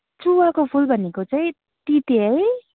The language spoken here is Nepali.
चुवाको फुल भनेको चाहिँ तिते है